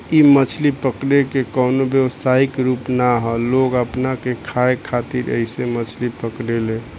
इ मछली पकड़े के कवनो व्यवसायिक रूप ना ह लोग अपना के खाए खातिर ऐइसे मछली पकड़े ले